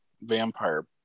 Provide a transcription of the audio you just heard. vampire